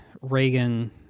Reagan